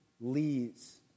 leads